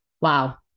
Wow